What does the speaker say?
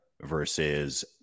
versus